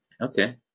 Okay